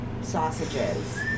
sausages